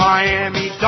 Miami